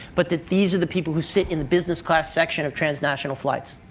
but that these are the people who sit in the business class section of transnational flights.